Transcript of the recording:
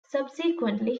subsequently